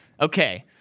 Okay